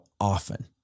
often